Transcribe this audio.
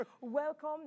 Welcome